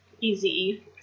easy